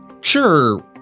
Sure